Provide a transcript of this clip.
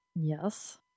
Yes